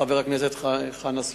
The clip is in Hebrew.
חבר הכנסת חנא סוייד,